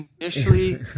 initially